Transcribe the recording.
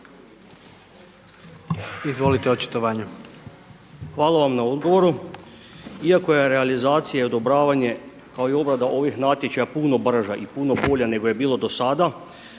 Josip (HDZ)** Hvala vam na odgovoru. Iako je realizacija i odobravanje kao i obrada ovih natječaja puno brža i puno bolja nego je bilo do sada,